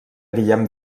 guillem